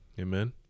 Amen